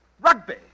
Rugby